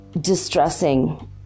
distressing